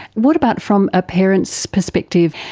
what about from a parent's perspective?